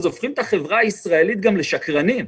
הופכים את החברה הישראלית גם לשקרנית.